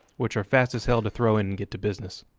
which are fast as hell to throw in and get to business.